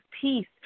peace